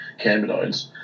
cannabinoids